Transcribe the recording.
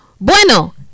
Bueno